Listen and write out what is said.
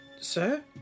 Sir